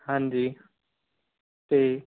ਹਾਂਜੀ ਅਤੇ